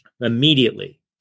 immediately